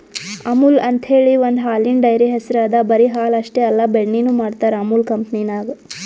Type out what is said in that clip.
ಅಮುಲ್ ಅಂಥೇಳಿ ಒಂದ್ ಹಾಲಿನ್ ಡೈರಿ ಹೆಸ್ರ್ ಅದಾ ಬರಿ ಹಾಲ್ ಅಷ್ಟೇ ಅಲ್ಲ ಬೆಣ್ಣಿನು ಮಾಡ್ತರ್ ಅಮುಲ್ ಕಂಪನಿದಾಗ್